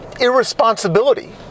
irresponsibility